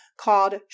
called